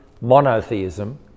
monotheism